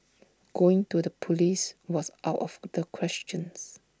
going to the Police was out of the questions